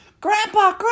Grandpa